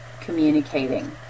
communicating